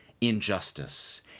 injustice